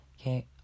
okay